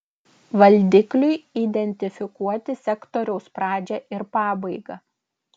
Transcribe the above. valdikliui identifikuoti sektoriaus pradžią ir pabaigą